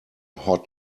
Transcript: hot